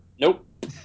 Nope